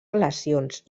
relacions